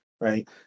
right